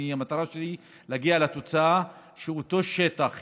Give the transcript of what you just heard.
המטרה שלי היא להגיע לתוצאה שאותו שטח הפקר,